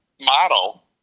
model